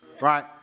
right